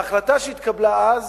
ההחלטה שהתקבלה אז